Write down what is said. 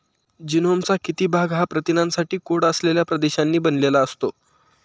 जीनोमचा किती भाग हा प्रथिनांसाठी कोड असलेल्या प्रदेशांनी बनलेला असतो?